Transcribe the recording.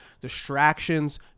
Distractions